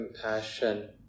compassion